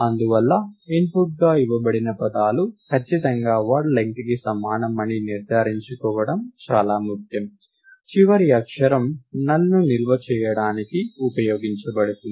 అందువల్ల ఇన్పుట్గా ఇవ్వబడిన పదాలు ఖచ్చితంగా వర్డ్ లెంగ్త్ కి సమానం అని నిర్ధారించుకోవడం చాలా ముఖ్యం చివరి అక్షరం నల్ శూన్యతను నిల్వ చేయడానికి ఉపయోగించబడుతుంది